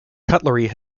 cutlery